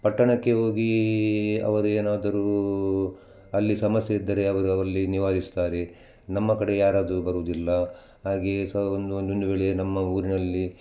ಪಟ್ಟಣಕ್ಕೆ ಹೋಗಿ ಅವರು ಏನಾದರೂ ಅಲ್ಲಿ ಸಮಸ್ಯೆ ಇದ್ದರೆ ಅವರು ಅಲ್ಲಿ ನಿವಾರಿಸ್ತಾರೆ ನಮ್ಮ ಕಡೆ ಯಾರಾದ್ರೂ ಬರುವುದಿಲ್ಲ ಹಾಗೆಯೇ ಸಹ ಒಂದು ಒಂದೊಂದು ವೇಳೆ ನಮ್ಮ ಊರಿನಲ್ಲಿ